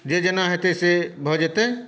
जे जेना हेतै से भऽ जेतै